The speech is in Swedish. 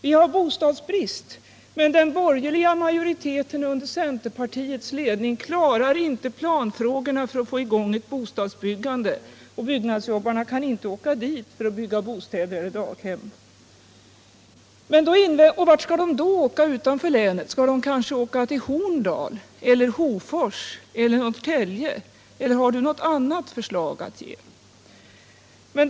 Vi har bostadsbrist, men den borgerliga majoriteten under centerpartiets ledning klarar inte planfrågorna för att få i gång bostadsbyggandet, och byggnadsjobbarna kan inte åka dit för att bygga bostäder eller daghem. Och vart skall de då åka utanför länet? Skall de kanske åka till Horndal och Hofors eller Norrtälje —- eller har du något annat att föreslå?